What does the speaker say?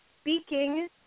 speaking